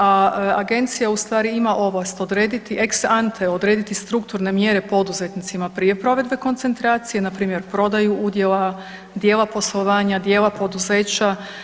A agencija u stvari ima ovlast ex ante odrediti strukturne mjere poduzetnicima prije provedbe koncentracije npr. prodaju udjela, djela poslovanja, dijela poduzeća.